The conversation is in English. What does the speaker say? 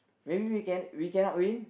maybe we can we cannot win